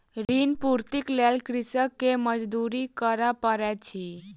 ऋण पूर्तीक लेल कृषक के मजदूरी करअ पड़ैत अछि